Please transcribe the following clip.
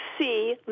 see